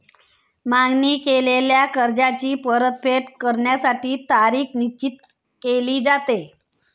मागणी केलेल्या कर्जाची परतफेड करण्यासाठी तारीख निश्चित केली जाते